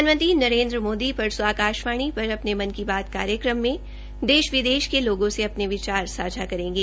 प्रधानमंत्री नरेन्द्र मोदी परसो आकाशवाणी पर अपने मन की बात कार्यक्रम में देश विदेश के लोगों से अपना विचार सांझा करेंगे